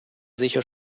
sicher